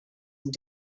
and